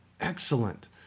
Excellent